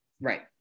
Right